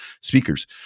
speakers